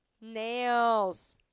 nails